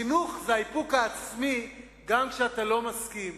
חינוך זה האיפוק העצמי, גם כשאתה לא מסכים.